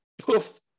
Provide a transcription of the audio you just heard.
poof